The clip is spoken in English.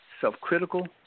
self-critical